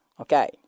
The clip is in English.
Okay